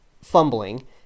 fumbling